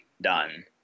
done